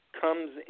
comes